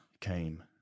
came